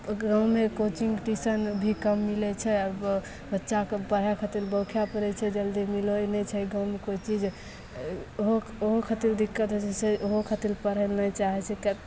ओ गाँवमे coaching tuition भी कम मिलै छै अब बच्चाके पढ़ाए खातिर बौखए पड़ैत छै जल्दी मिलैत नहि छै घरमे कोइ चीज ओहो ओहो खातिर दिक्कत होइत छै ओहो खातिर पढ़ै लए नहि चाहैत छै तऽ